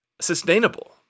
sustainable